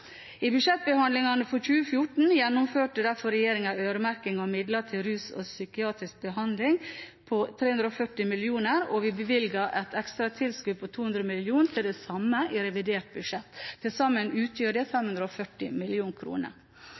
I budsjettbehandlingen for 2014 gjeninnførte derfor regjeringen øremerking av midler til rus- og psykiatribehandling på 340 mill. kr, og vi bevilget et ekstra tilskudd på 200 mill. kr til det samme i revidert budsjett. Til sammen utgjør det 540